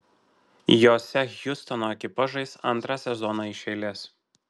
jose hjustono ekipa žais antrą sezoną iš eilės